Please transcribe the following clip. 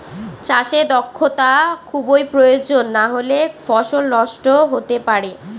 চাষে দক্ষটা খুবই প্রয়োজন নাহলে ফসল নষ্ট হতে পারে